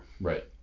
right